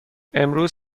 امروز